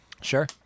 Sure